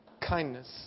kindness